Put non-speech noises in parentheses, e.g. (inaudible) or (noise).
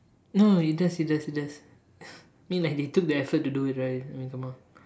no no no it does it does it does (laughs) I mean like they took the effort to do it right I mean come on